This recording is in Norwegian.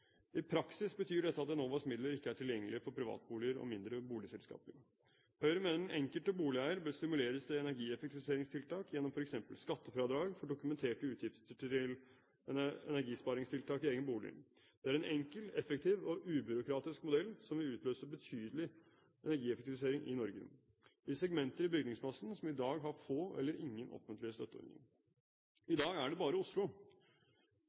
I praksis betyr dette at Enovas midler ikke er tilgjengelig for privatboliger og mindre boligselskaper. Høyre mener den enkelte boligeier bør stimuleres til energieffektiviseringstiltak gjennom f.eks. skattefradrag for dokumenterte utgifter til energisparingstiltak i egen bolig. Det er en enkel, effektiv og ubyråkratisk modell som vil utløse betydelig energieffektivisering i Norge, i segmenter i bygningsmassen som i dag har få eller ingen offentlige støtteordninger. I dag er det bare Oslo,